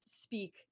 speak